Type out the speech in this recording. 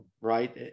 right